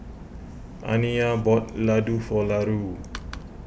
Aniyah bought Laddu for Larue